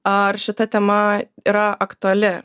ar šita tema yra aktuali